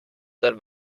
dann